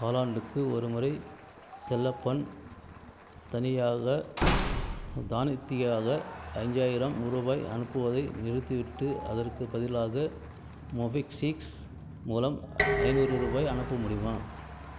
காலாண்டுக்கு ஒருமுறை செல்லப்பன் தனியாக தானித்தியாக அஞ்சாயிரம் ரூபாய் அனுப்புவதை நிறுத்திவிட்டு அதற்குப் பதிலாக மோபிக்சிக்ஸ் மூலம் ஐநூறு ரூபாய் அனுப்ப முடியுமா